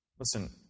Listen